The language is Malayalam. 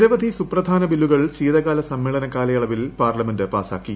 നിരവധി സുപ്രധാന ബില്ലുകൾ ശീതകാല സമ്മേളന കാലയളവിൽ പാർലമെന്റ് പാസാക്കി